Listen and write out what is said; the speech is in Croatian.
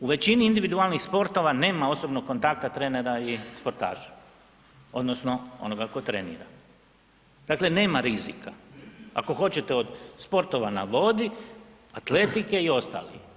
U većini individualnih sportova nema osobnog kontakta trenera i sportaša odnosno onoga tko trenira, dakle nema rizika, ako hoćete od sportova na vodi, atletike i ostalih.